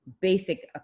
basic